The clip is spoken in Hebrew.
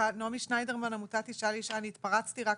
אני מעמותת אשה לאשה והתפרצתי רק